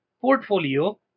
portfolio